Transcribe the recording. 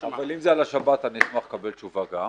אבל אם זה על השבת, אני אשמח לקבל תשובה גם.